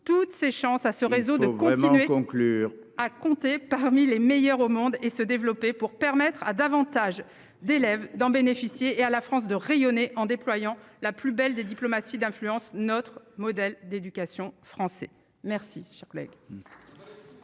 toutes ses chances à ce réseau de conclure à compter parmi les meilleurs au monde et se développer pour permettre à davantage d'élèves d'en bénéficier et à la France de rayonner en déployant la plus belle des diplomatie d'influence notre modèle d'éducation français merci, cher collègue.